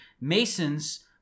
masons